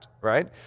right